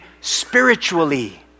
spiritually